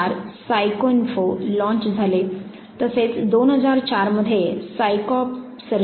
2004 PsycINFO launch झाले तसेच 2004 मध्ये सायकॉर्प्सची स्थापना झाली